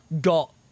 got